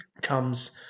comes